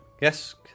yes